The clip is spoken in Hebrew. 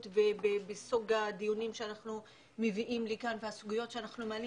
ובסוג הדיונים שאנחנו מביאים לכאן והסוגיות שאנחנו מעלים,